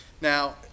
Now